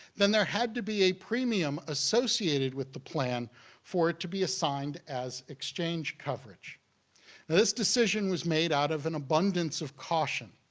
then there had to be a premium associated with the plan for it to be assigned as exchange coverage. now this decision was made out of an abundance of caution.